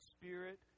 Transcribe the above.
Spirit